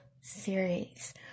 Series